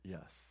Yes